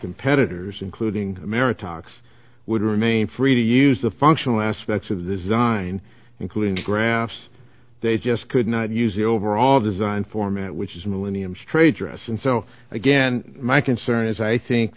competitors including meritocracy would remain free to use the functional aspects of this dein including graphs they just could not use the overall design format which is millenniums traitorous and so again my concern is i think